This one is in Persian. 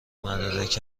مدارک